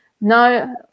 no